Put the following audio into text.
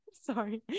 Sorry